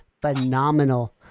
phenomenal